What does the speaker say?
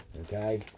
Okay